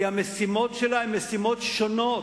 כי המשימות שלה הן משימות שונות,